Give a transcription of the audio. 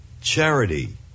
charity